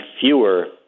fewer